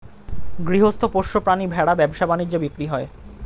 গৃহস্থ পোষ্য প্রাণী ভেড়া ব্যবসা বাণিজ্যে বিক্রি হয়